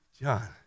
John